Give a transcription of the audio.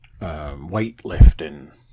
Weightlifting